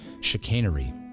chicanery